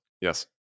yes